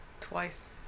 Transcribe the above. twice